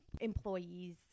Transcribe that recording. employees